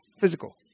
physical